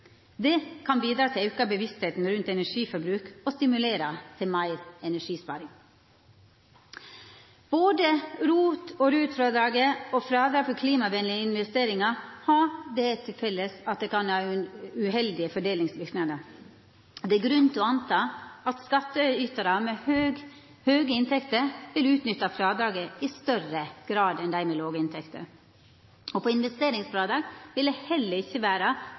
Det kan bidra til å auka bevisstheita rundt energiforbruk og stimulera til meir energisparing. Både ROT-, RUT-frådraget og frådrag for klimavenlege investeringar har det til felles at dei kan ha uheldige fordelingsverknader. Det er grunn til å anta at skattytarar med høge inntekter vil utnytta frådraget i større grad enn dei med låge inntekter. På investeringsfrådrag vil det heller ikkje vera